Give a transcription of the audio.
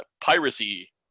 piracy